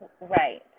Right